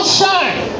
shine